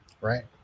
Right